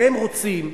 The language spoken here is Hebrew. והם רוצים,